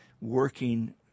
working